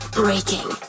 breaking